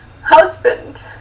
husband